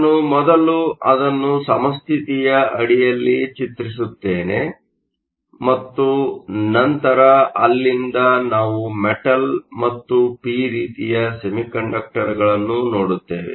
ನಾನು ಮೊದಲು ಅದನ್ನು ಸಮಸ್ಥಿತಿಯ ಅಡಿಯಲ್ಲಿ ಚಿತ್ರಸುತ್ತೇನೆ ಮತ್ತು ನಂತರ ಅಲ್ಲಿಂದ ನಾವು ಮೆಟಲ್Metal ಮತ್ತು ಪಿ ರೀತಿಯ ಸೆಮಿಕಂಡಕ್ಟರ್ಗಳನ್ನು ನೋಡುತ್ತೇವೆ